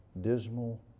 dismal